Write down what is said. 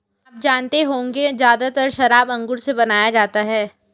आप जानते होंगे ज़्यादातर शराब अंगूर से बनाया जाता है